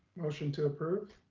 motion to approve.